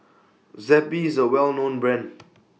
Zappy IS A Well known Brand